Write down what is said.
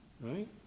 Right